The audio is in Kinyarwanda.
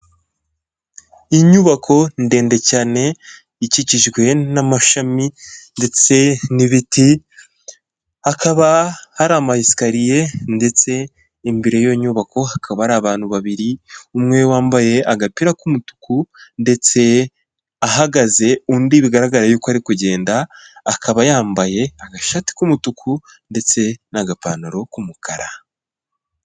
Inyubako ndende cyane ikikijwe n'amashami ndetse n'ibiti, hakaba hari amayesikariye, ndetse imbere y'iyo nyubako hakaba hari abantu babiri, umwe wambaye agapira k'umutuku ndetse ahagaze, undi bigaragara y'uko ari kugenda, akaba yambaye agashati k'umutuku ndetse n'agapantaro k'umukara.